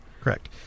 Correct